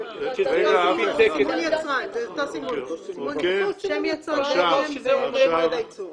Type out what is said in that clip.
זה אותו סימון: סימון יצרן שם היצרן ומועד הייצור.